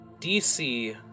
dc